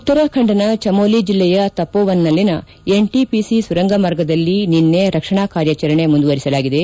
ಉತ್ತರಾಖಂಡದ ಚಮೋಲಿ ಜಿಲ್ಲೆಯ ತಪೋವನ್ನಲ್ಲಿನ ಎನ್ಟಿಪಿಸಿ ಸುರಂಗ ಮಾರ್ಗದಲ್ಲಿ ನಿನೈ ರಕ್ಷಣಾ ಕಾರ್ಯಾಚರಣೆ ಮುಂದುವರಿಸಲಾಗಿದೆ